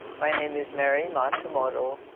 my name is mary matsumoto,